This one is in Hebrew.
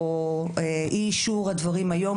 או אי אישור הדברים היום,